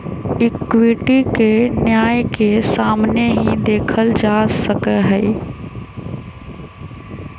equity के न्याय के सामने ही देखल जा सका हई